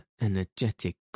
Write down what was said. energetic